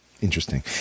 Interesting